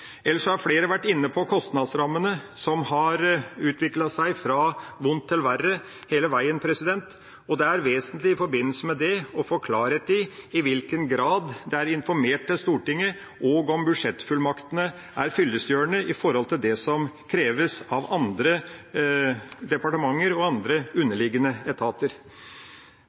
har flere vært inne på kostnadsrammene, som har utviklet seg fra vondt til verre hele veien. Det er vesentlig i forbindelse med det å få klarhet i i hvilken grad det er informert til Stortinget, og om budsjettfullmaktene er fyllestgjørende i forhold til det som kreves av andre departement og andre underliggende etater.